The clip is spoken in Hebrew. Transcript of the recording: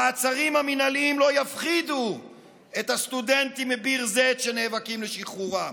המעצרים המינהליים לא יפחידו את הסטודנטים מביר זית שנאבקים לשחרורם,